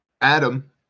adam